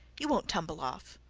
you won't tumble off.